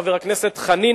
חבר הכנסת חנין,